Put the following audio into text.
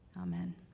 Amen